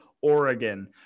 oregon